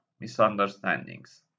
misunderstandings